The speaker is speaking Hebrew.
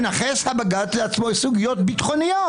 מנכס לעצמו הבג"ץ סוגיות ביטחוניות.